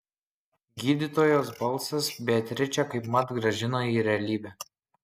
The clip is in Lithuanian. gydytojos balsas beatričę kaipmat grąžino į realybę